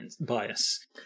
Bias